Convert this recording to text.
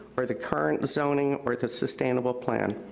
or the current zoning, or the sustainable plan.